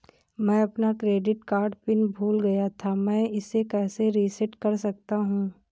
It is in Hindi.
मैं अपना क्रेडिट कार्ड पिन भूल गया था मैं इसे कैसे रीसेट कर सकता हूँ?